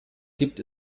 gibt